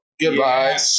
Goodbye